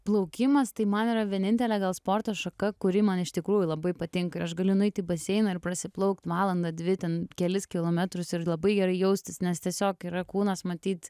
plaukimas tai man yra vienintelė gal sporto šaka kuri man iš tikrųjų labai patinka ir aš galiu nueiti į baseiną ir prasiplaukt valandą dvi ten kelis kilometrus ir labai gerai jaustis nes tiesiog yra kūnas matyt